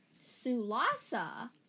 Sulasa